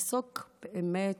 לעסוק במה